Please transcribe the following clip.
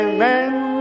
Amen